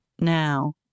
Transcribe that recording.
now